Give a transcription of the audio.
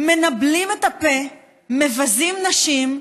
מנבלים את הפה, מבזים נשים,